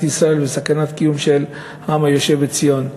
ישראל וסכנת קיום לעם היושב בציון.